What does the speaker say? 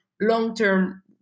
long-term